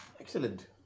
Excellent